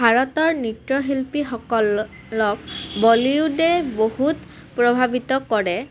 ভাৰতৰ নৃত্যশিল্পীসকলক বলিউডে বহুত প্ৰভাৱিত কৰে